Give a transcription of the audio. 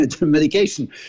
medication